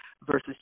versus